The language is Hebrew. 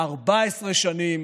14 שנים,